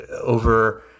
over